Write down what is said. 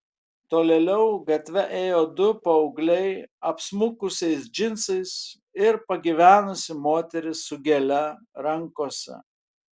tolėliau gatve ėjo du paaugliai apsmukusiais džinsais ir pagyvenusi moteris su gėle rankose